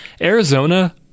Arizona